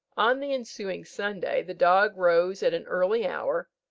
on the ensuing sunday the dog rose at an early hour,